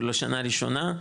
לשנה הראשונה.